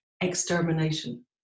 extermination